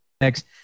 next